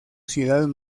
ciudad